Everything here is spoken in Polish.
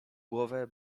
głowę